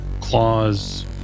claws